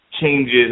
changes